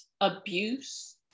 abuse